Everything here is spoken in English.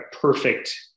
perfect